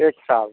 एक साल